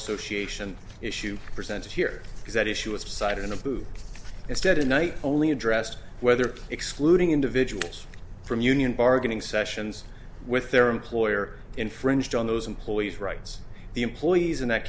association issue presented here because that issue was decided in the blue instead a night only addressed whether excluding individuals from union bargaining sessions with their employer infringed on those employees rights the employees in that